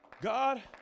God